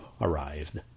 arrived